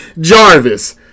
Jarvis